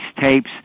tapes